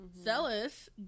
Zealous